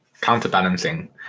Counterbalancing